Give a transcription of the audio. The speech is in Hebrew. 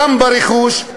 גם ברכוש,